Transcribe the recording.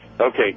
Okay